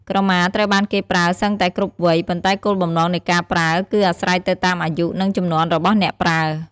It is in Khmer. ក្រមាត្រូវបានគេប្រើសឹងតែគ្រប់វ័យ ប៉ុន្តែគោលបំណងនៃការប្រើគឺអាស្រ័យទៅតាមអាយុ និងជំនាន់របស់អ្នកប្រើ។